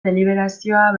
deliberazioa